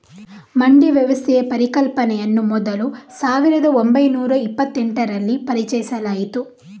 ಮಂಡಿ ವ್ಯವಸ್ಥೆಯ ಪರಿಕಲ್ಪನೆಯನ್ನು ಮೊದಲು ಸಾವಿರದ ಓಂಬೈನೂರ ಇಪ್ಪತ್ತೆಂಟರಲ್ಲಿ ಪರಿಚಯಿಸಲಾಯಿತು